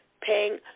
paying